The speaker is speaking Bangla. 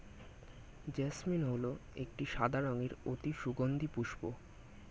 জেসমিন হল একটি সাদা রঙের অতি সুগন্ধি পুষ্প